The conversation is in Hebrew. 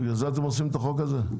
בגלל זה אתם עושים את החוק הזה?